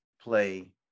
play